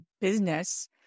business